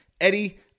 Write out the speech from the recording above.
Eddie